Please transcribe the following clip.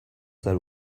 that